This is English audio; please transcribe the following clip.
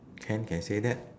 can can say that